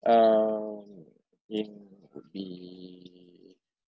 um it would be